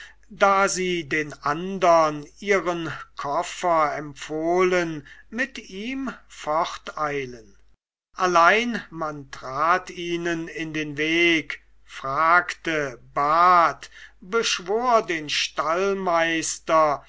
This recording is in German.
da sie den andern ihren koffer empfohlen mit ihm forteilen allein man trat ihnen in den weg fragte bat beschwor den stallmeister